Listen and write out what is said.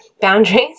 boundaries